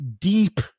deep